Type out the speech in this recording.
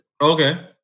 Okay